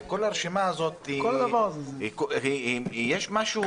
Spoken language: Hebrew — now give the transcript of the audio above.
כל הרשימה הזאת, יש בה משהו